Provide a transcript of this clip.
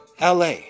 LA